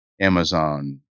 Amazon